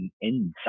inside